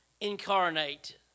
incarnate